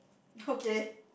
okay